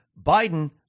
Biden